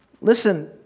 Listen